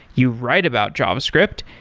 you write about javascript.